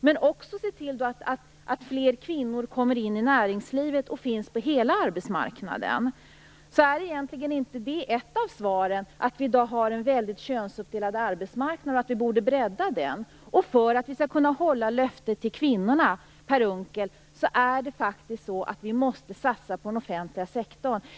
Man borde också se till att fler kvinnor kommer in i näringslivet och finns på hela arbetsmarknaden. Är egentligen inte det ett av svaren? Vi har i dag en väldigt könsuppdelad arbetsmarknad och borde bredda den. För att vi skall kunna hålla löftet till kvinnorna, Per Unckel, måste vi faktiskt satsa på den offentliga sektorn.